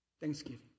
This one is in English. Thanksgiving